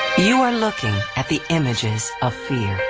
you are looking at the images of fear,